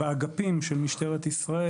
באגפים של משטרת ישראל,